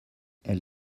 elle